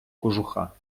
кожуха